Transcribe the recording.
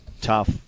Tough